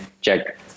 check